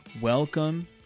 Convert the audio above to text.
Welcome